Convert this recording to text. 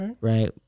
right